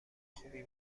خوبی